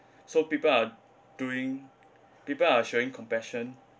so people are doing people are showing compassion